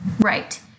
Right